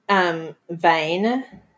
Vain